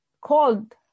called